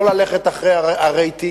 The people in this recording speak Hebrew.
לא ללכת אחרי הרייטינג.